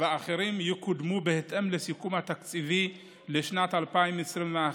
ואחרים יקודמו בהתאם לסיכום התקציבי לשנת 2021,